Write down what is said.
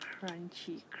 crunchy